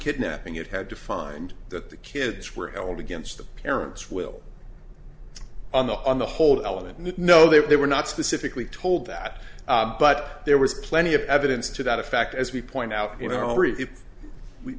kidnapping it had to find that the kids were held against the parents will on the on the whole element and no they were not specifically told that but there was plenty of evidence to that effect as we point out you know